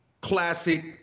classic